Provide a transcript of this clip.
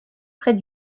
près